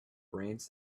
brains